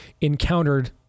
encountered